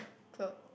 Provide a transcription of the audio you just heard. cloth